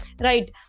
right